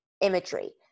imagery